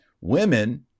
women